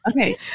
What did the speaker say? Okay